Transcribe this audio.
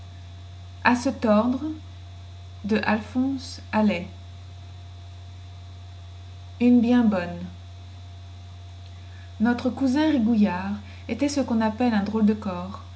une bien bonne notre cousin rigouillard était ce quon appelle un drôle de corps